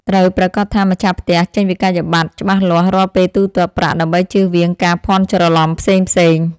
ត្រូវប្រាកដថាម្ចាស់ផ្ទះចេញវិក្កយបត្រច្បាស់លាស់រាល់ពេលទូទាត់ប្រាក់ដើម្បីជៀសវាងការភ័ន្តច្រឡំផ្សេងៗ។